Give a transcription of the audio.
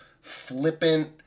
flippant